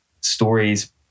stories